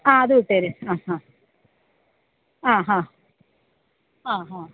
ആ അതും ഇട്ടേര് ആ ഹാ ആ ഹാ ആ ഹാ